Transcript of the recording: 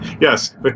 yes